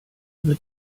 wird